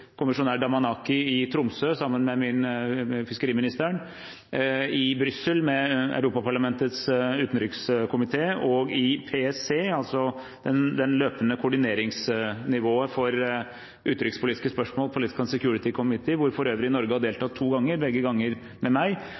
fiskeriministeren, i Brussel med Europaparlamentets utenrikskomité og i PSC, Political and Security Committee, altså det løpende koordineringsnivået for utenrikspolitiske spørsmål, hvor for øvrig Norge har deltatt to ganger – begge ganger med meg